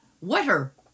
wetter